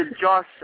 Josh